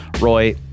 Roy